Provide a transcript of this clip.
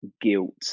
guilt